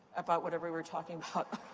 about whatever we were talking